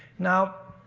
now.